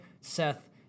Seth